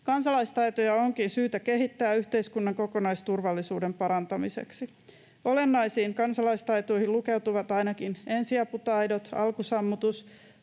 Kansalaistaitoja onkin syytä kehittää yhteiskunnan kokonaisturvallisuuden parantamiseksi. Olennaisiin kansalaistaitoihin lukeutuvat ainakin ensiaputaidot, alkusammutus,